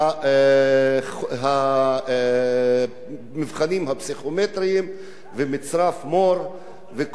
המבחנים הפסיכומטריים ומצרף מו"ר וכל ההגבלות האלה.